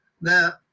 Now